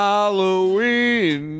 Halloween